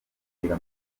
ahera